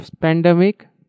pandemic